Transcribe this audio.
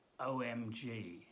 omg